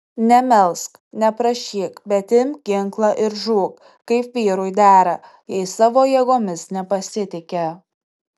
nemelsk neprašyk bet imk ginklą ir žūk kaip vyrui dera jei savo jėgomis nepasitiki